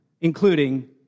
including